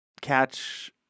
catch